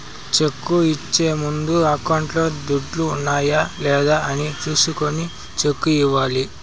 cheque ఇచ్చే ముందు అకౌంట్లో దుడ్లు ఉన్నాయా లేదా అని చూసుకొని సెక్కు ఇవ్వాలి